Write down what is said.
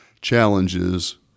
challenges